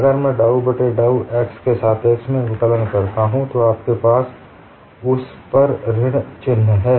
अगर मैं डाउ बट्टे डाउ x के सापेक्ष में अवकलन करता हूं तो आपके पास उस पर ऋण चिह्न है